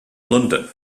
london